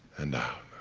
and out.